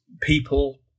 people